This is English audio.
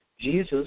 Jesus